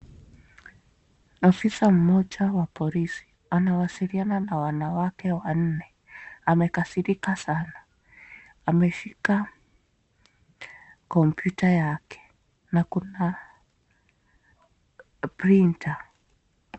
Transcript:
Afisa mmoja wa polisi anawasiliana na wanawake wanne amekasirika sana ameshika kompyuta yake na kuna, (cs)printer(cs).